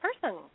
person